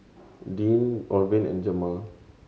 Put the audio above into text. Deanne Orvin and Jemal